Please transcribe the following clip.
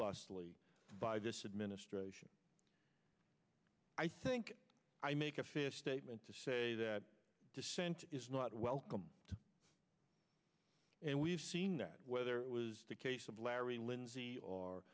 robustly by this administration i think i make a fair statement to say that dissent is not welcome and we've seen that whether it was the case of larry lindsey or